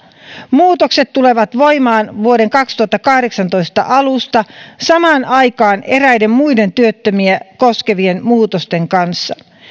muutokset tulevat voimaan vuoden kaksituhattakahdeksantoista alusta samaan aikaan eräiden muiden työttömiä koskevien muutosten kanssa